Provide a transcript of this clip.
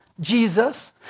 Jesus